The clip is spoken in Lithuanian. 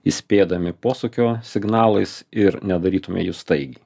įspėdami posūkio signalais ir nedarytume jų staigiai